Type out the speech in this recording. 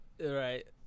Right